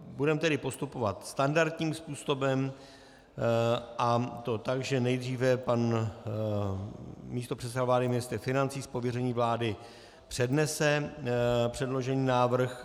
Budeme tedy postupovat standardním způsobem, a to tak, že nejdříve pan místopředseda vlády ministr financí z pověření vlády přednese předložený návrh.